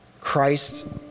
Christ